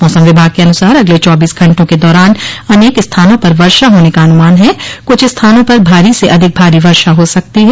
मौसम विभाग के अनुसार अगले चौबीस घंटों के दौरान अनेक स्थानों पर वर्षा होने का अनुमान है कुछ स्थानों पर भारी से अधिक भारी वर्षा हो सकती है